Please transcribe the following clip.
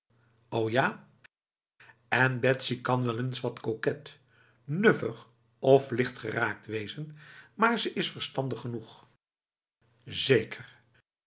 o jaf en betsy kan wel eens wat koket nuffig of lichtgeraakt wezen maar ze is verstandig genoeg zeker